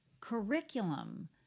Curriculum